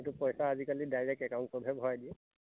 কিন্তু পইচা আজি কালি ডাইৰেক্ট একাউণ্টত হে ভৰাই দিয়ে